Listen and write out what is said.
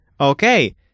Okay